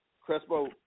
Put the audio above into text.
Crespo